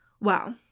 Wow